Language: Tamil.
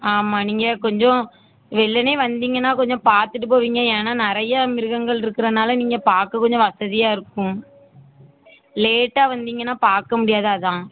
ஆமாம் நீங்கள் கொஞ்சோம் வெள்ளன்னே வந்தீங்கன்னால் கொஞ்சம் பார்த்துட்டு போவீங்க ஏன்னால் நிறையா மிருகங்கள் இருக்கிறனால நீங்கள் பார்க்க கொஞ்சம் வசதியாக இருக்கும் லேட்டாக வந்தீங்கன்னால் பார்க்க முடியாது அதுதான்